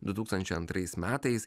du tūkstančiai antrais metais